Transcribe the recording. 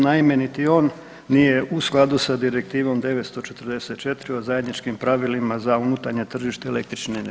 Naime, niti on nije u skladu sa Direktivom 944 o zajedničkim pravilima o za unutarnje tržište električne energije.